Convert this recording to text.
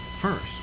first